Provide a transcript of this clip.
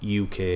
UK